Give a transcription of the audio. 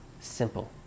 simple